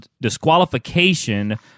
disqualification